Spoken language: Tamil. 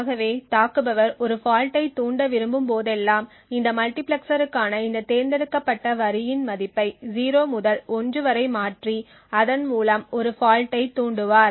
ஆகவே தாக்குபவர் ஒரு ஃபால்ட்டைத் தூண்ட விரும்பும் போதெல்லாம் இந்த மல்டிபிளெக்சருக்கான இந்த தேர்ந்தெடுக்கப்பட்ட வரியின் மதிப்பை 0 முதல் 1 வரை மாற்றி அதன் மூலம் ஒரு ஃபால்ட்டைத் தூண்டுவார்